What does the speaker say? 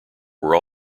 were